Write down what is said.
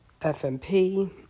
FMP